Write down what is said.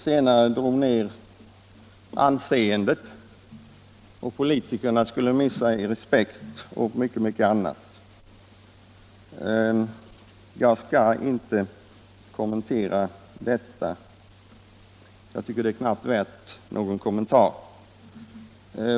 Sådana kompromisser, sade herr Söderström bland mycket annat, drar ned anseendet och respekten för politikerna. Jag skall inte kommentera detta — det är knappast värt någon kommentar.